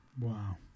Wow